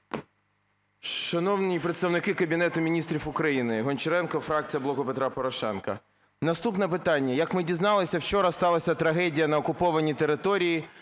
Шановні представники Кабінету Міністрів України! Гончаренко, фракція "Блок Петра Порошенка". Наступне питання. Як ми дізналися, вчора сталася трагедія на окупованій території,